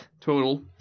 total